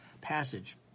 passage